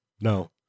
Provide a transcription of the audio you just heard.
no